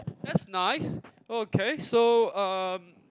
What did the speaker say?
that's nice okay so um